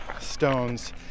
stones